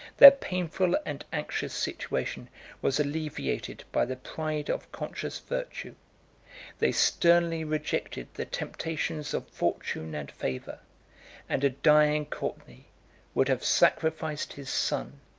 their painful and anxious situation was alleviated by the pride of conscious virtue they sternly rejected the temptations of fortune and favor and a dying courtenay would have sacrificed his son,